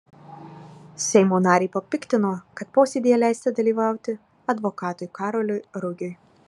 seimo narį papiktino kad posėdyje leista dalyvauti advokatui karoliui rugiui